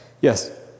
yes